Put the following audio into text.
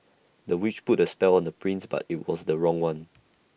the witch put A spell on the prince but IT was the wrong one